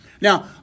Now